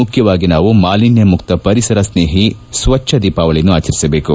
ಮುಖ್ಯವಾಗಿ ನಾವು ಮಾಲಿನ್ಯ ಮುಕ್ತ ಪರಿಸರ ಸ್ನೇಹಿ ಸ್ವಚ್ಚ ದೀಪಾವಳಿಯನ್ನು ಆಚರಿಸಬೇಕು